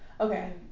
Okay